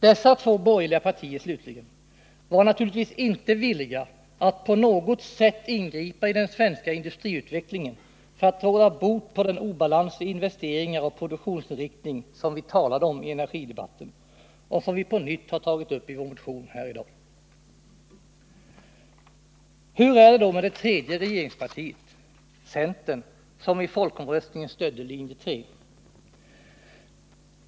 Dessa två borgerliga partier var naturligtvis inte villiga att på något sätt ingripa i den svenska industriutvecklingen för att råda bot på den obalans i investeringar och produktionsinriktning som vi talade om i energidebatten och som vi nu på nytt har tagit upp i vår motion här. Hur är det då med det tredje regeringspartiet, centern, som i folkomröstningen stödde linje 3?